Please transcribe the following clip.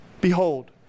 Behold